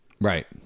right